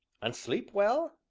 and sleep well?